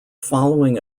following